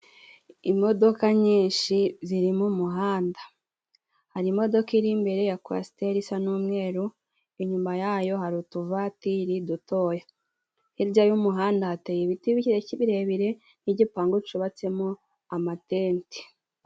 Imodoka nyinshi ziri mu muhanda, hari imodoka iri imbere ya Kwasiteri isa n'umweru, inyuma yayo hari utuvatiri dutoya, hirya y'umuhanda hateye ibiti birebire n'igipangu cubatsemo amatenti.